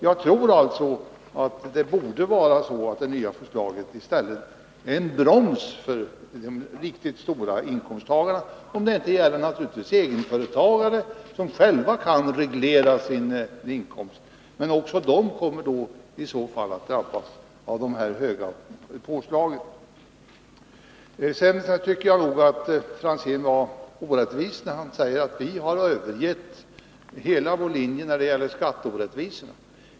Det nya förslaget borde i stället innebära en broms för de riktigt stora inkomsttagarna — om det inte gäller egenföretagare, som själva kan reglera sin inkomst. Men också de kommer att drabbas av de höga påslagen. Sedan tycker jag att Tommy Franzén hade fel när han sade att vi helt skulle ha övergivit vår linje när det gäller skatteorättvisorna.